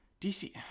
DC